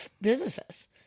businesses